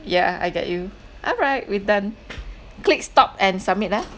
yeah I get you alright we're done click stop and submit ah